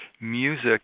music